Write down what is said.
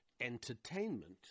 entertainment